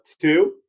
Two